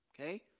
okay